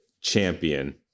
Champion